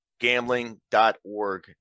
Gambling.org